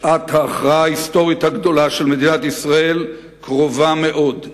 שעת ההכרעה ההיסטורית הגדולה של מדינת ישראל קרובה מאוד,